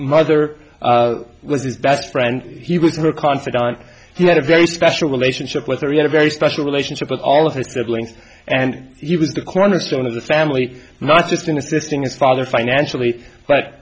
mother was his best friend he was her confidant he had a very special relationship with her he had a very special relationship with all of his siblings and he was the cornerstone of the family not just in assisting his father financially but